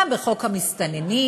גם בחוק המסתננים,